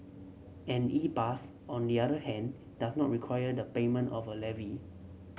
an E pass on the other hand does not require the payment of a levy